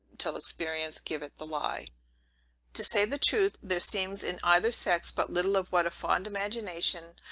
till experience give it the lie to say the truth, there seems in either sex but little of what a fond imagination,